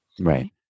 Right